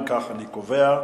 אם כך, אני קובע: